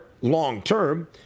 long-term